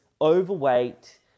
overweight